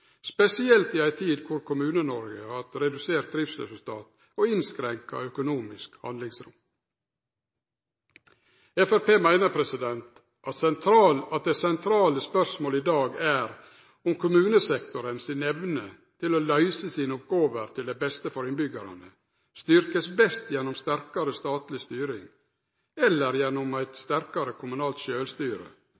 spesielt i ei tid der Kommune-Noreg har hatt redusert driftsresultat og innskrenka økonomisk handlingsrom. Framstegspartiet meiner at det sentrale spørsmålet i dag er om kommunesektoren si evne til å løyse sine oppgåver til beste for innbyggjarane, best kan styrkast gjennom ei sterkare statleg styring eller gjennom eit